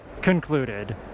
concluded